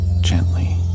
gently